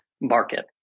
market